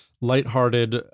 lighthearted